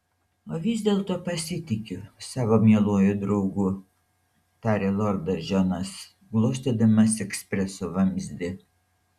o vis dėlto pasitikiu savo mieluoju draugu tarė lordas džonas glostydamas ekspreso vamzdį